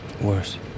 Worse